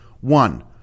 One